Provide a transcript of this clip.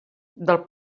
del